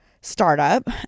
startup